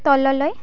তললৈ